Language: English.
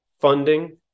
funding